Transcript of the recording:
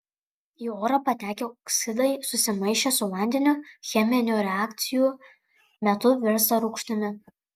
į orą patekę oksidai susimaišę su vandeniu cheminių reakcijų metu virsta rūgštimi